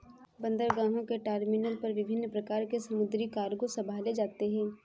बंदरगाहों के टर्मिनल पर विभिन्न प्रकार के समुद्री कार्गो संभाले जाते हैं